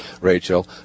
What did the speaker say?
Rachel